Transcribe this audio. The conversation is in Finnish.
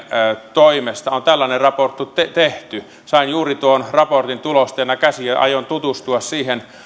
toimesta on tällainen raportti tehty sain juuri tuon raportin tulosteena käsiini ja aion tutustua siihen